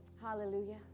Hallelujah